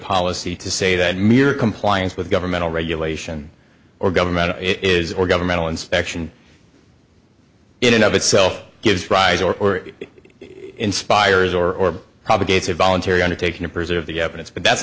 policy to say that mere compliance with governmental regulation or government is or governmental inspection in and of itself gives rise or inspirers or propagates a voluntary undertaking to preserve the evidence but that's